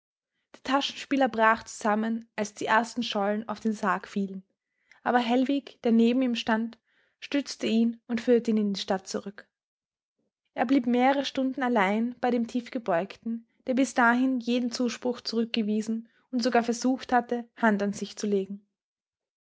der taschenspieler brach zusammen als die ersten schollen auf den sarg fielen aber hellwig der neben ihm stand stützte ihn und führte ihn in die stadt zurück er blieb mehrere stunden allein bei dem tiefgebeugten der bis dahin jeden zuspruch zurückgewiesen und sogar versucht hatte hand an sich zu legen